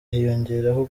hiyongeraho